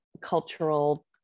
cultural